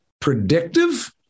predictive